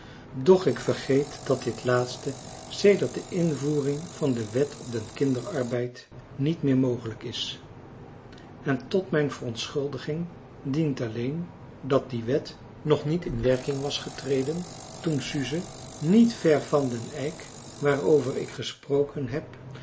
doch ik vergeet dat dit laatste sedert de invoering van de wet op den kinderarbeid niet meer mogelijk is en tot mijn verontschuldiging dient alleen dat die wet nog niet in werking was getreden toen suze niet ver van den eik waarover ik gesproken heb